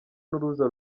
n’uruza